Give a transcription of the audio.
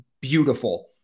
beautiful